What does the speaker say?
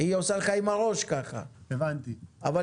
לא אמרו.